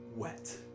wet